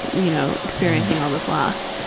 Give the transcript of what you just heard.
you know, experiencing all this loss.